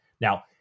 Now